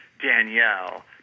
Danielle